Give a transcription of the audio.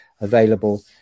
available